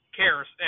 cares